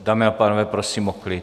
Dámy a pánové, prosím o klid!